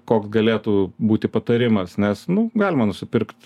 koks galėtų būti patarimas nes nu galima nusipirkt